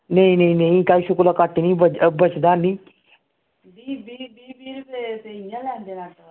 नेईं नेईं ढाई सौ कोल घट्ट निं बचदा निं